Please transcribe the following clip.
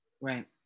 Right